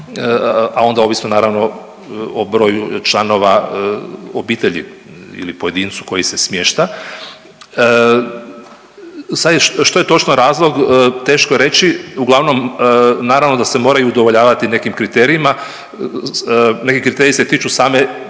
a onda ovisno naravno o broju članova obitelji ili pojedincu koji se smješta. Sad što je točno razlog teško je reći, uglavnom naravno da se mora i udovoljavati nekim kriterijima. Neki kriteriji se tiču same